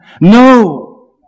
No